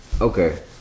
Okay